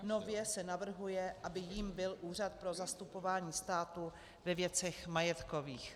Nově se navrhuje, aby jím byl Úřad pro zastupování státu ve věcech majetkových.